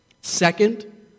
Second